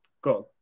got